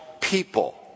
people